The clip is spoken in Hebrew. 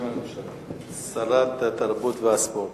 שרת התרבות והספורט.